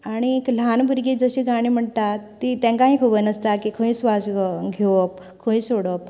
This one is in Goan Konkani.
आनी एक ल्हान भुरगीं जशीं गाणी म्हणटात ती तांकांय खबर नासता की खंय श्वास घेवप खंय सोडप